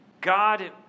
God